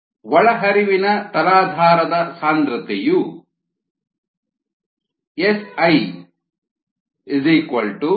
5 ಒಳಹರಿವಿನ ತಲಾಧಾರದ ಸಾಂದ್ರತೆಯು Si 50 gl